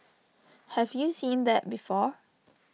have you seeing that before